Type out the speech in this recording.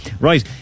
Right